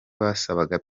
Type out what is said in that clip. basabaga